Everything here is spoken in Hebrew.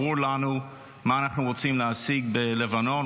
וברור לנו מה אנחנו רוצים להשיג בלבנון.